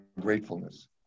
gratefulness